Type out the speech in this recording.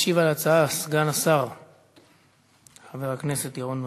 ישיב על ההצעה סגן השר חבר הכנסת ירון מזוז,